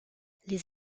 les